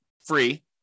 free